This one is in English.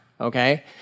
okay